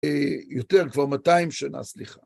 יותר כבר 200 שנה, סליחה.